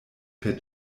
per